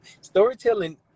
Storytelling